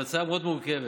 אבל ההצעה מאוד מורכבת,